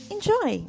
Enjoy